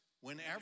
Whenever